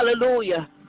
Hallelujah